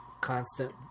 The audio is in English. constant